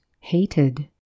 hated